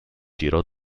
girò